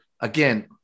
again